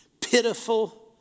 pitiful